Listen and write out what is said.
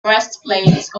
breastplate